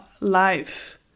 life